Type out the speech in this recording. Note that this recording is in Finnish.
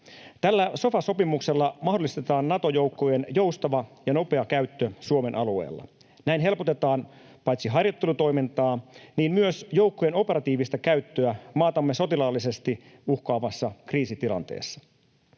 Tällä sofa-sopimuksella mahdollistetaan Nato-joukkojen joustava ja nopea käyttö Suomen alueella. Näin helpotetaan paitsi harjoittelutoimintaa myös joukkojen operatiivista käyttöä maatamme sotilaallisesti uhkaavassa kriisitilanteessa.